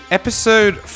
episode